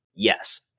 Yes